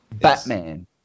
Batman